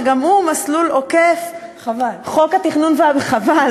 שגם הוא מסלול עוקף חוק התכנון והבנייה,